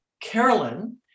Carolyn